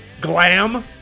glam